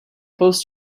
post